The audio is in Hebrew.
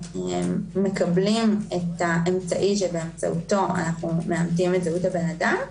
כשמקבלים את האמצעי שבאמצעותו אנחנו מאמתים את זהות האדם.